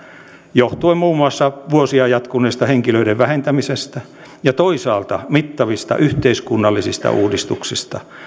johtuen muun muassa vuosia jatkuneesta henkilöiden vähentämisestä ja toisaalta mittavista yhteiskunnallisista uudistuksista